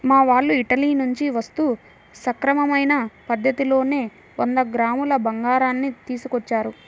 మా వాళ్ళు ఇటలీ నుంచి వస్తూ సక్రమమైన పద్ధతిలోనే వంద గ్రాముల బంగారాన్ని తీసుకొచ్చారు